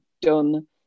done